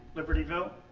libertyville.